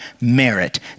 merit